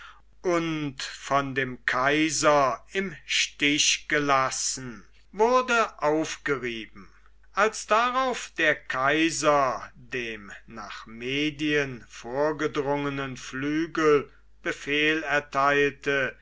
und von dem kaiser im stich gelassen wurde aufgerieben als darauf der kaiser dem nach medien vorgedrungenen flügel befehl erteilte